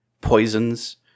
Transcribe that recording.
poisons